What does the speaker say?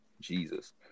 Jesus